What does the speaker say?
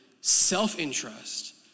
self-interest